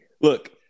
Look